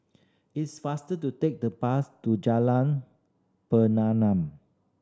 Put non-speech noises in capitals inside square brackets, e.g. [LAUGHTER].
it's faster to take the bus to Jalan [UNINTELLIGIBLE]